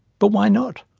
but why not?